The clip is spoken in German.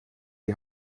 die